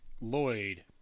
Lloyd